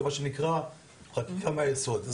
זה מה שנקרא חקיקה מהיסוד.